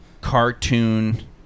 cartoon